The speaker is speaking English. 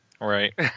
Right